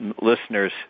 listeners